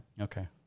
Okay